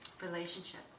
relationship